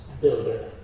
builder